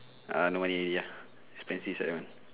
ah no money already ah expensive that one